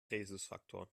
rhesusfaktor